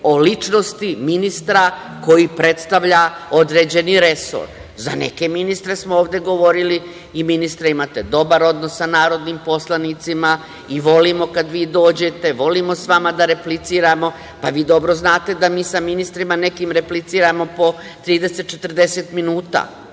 o ličnosti ministra koji predstavlja određeni resor. Za neke ministre smo ovde govorili – ministre, vi imate dobar odnos sa narodnim poslanicima i volimo kada vi dođete, volimo sa vama da repliciramo. Vi dobro znate da mi sa nekim ministrima repliciramo po 30-40 minuta,